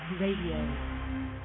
Radio